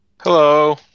Hello